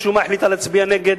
שמשום מה החליטה להצביע נגד.